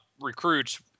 Recruits